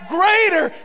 Greater